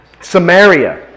Samaria